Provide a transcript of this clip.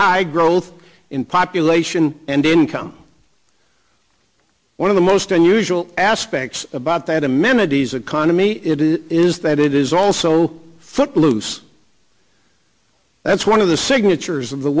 high growth in population and income one of the most unusual aspects about that amenities economy is that it is also footloose that's one of the signatures of the